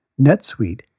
NetSuite